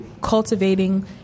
cultivating